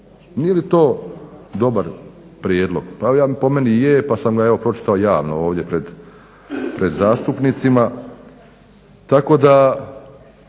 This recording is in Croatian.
Nije li to dobar prijedlog? Po meni je pa sam ga evo pročitao javno ovdje pred zastupnicima.